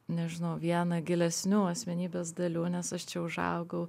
nežinau vieną gilesnių asmenybės dalių nes aš čia užaugau